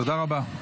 תודה רבה.